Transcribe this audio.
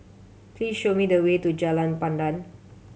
please show me the way to Jalan Pandan